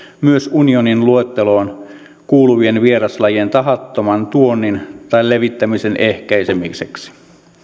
myös unionin luetteloon kuuluvien vieraslajien tahattoman tuonnin tai levittämisen ehkäisemiseksi